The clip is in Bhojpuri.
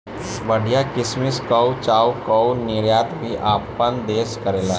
बढ़िया किसिम कअ चाय कअ निर्यात भी आपन देस करेला